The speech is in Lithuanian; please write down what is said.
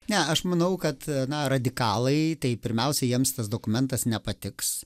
ne aš manau kad na radikalai tai pirmiausia jiems tas dokumentas nepatiks